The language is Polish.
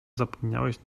zapomniałeś